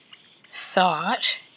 thought